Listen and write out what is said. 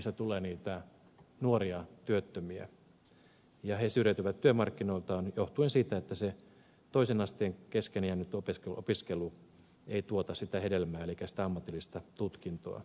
heistä tulee niitä nuoria työttömiä ja he syrjäytyvät työmarkkinoilta johtuen siitä että se toisen asteen kesken jäänyt opiskelu ei tuota hedelmää elikkä sitä ammatillista tutkintoa